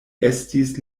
estis